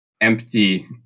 empty